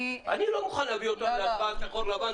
אני לא מוכן להביא אותו להצבעה שחור-לבן